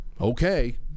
Okay